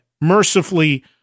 mercifully